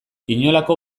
inolako